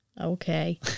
Okay